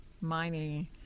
mining